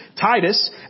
Titus